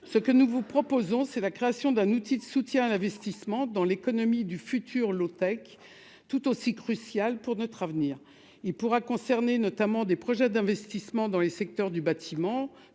ce que nous vous proposons : c'est la création d'un outil de soutien à l'investissement dans l'économie du futur low-tech tout aussi crucial pour notre avenir, il pourra concerner notamment des projets d'investissements dans les secteurs du bâtiment,